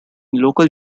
local